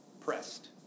pressed